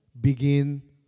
begin